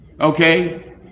okay